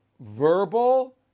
verbal